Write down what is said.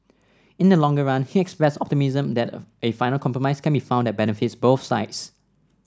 in the longer run he expressed optimism that a final compromise can be found that benefits both sides